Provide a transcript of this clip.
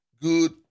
good